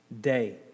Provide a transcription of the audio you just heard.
day